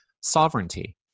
sovereignty